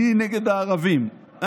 אני נגד הערבים,